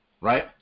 Right